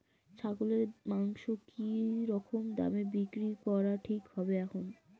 ছাগলের মাংস কী রকম দামে বিক্রি করা ঠিক হবে এখন?